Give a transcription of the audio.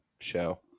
Show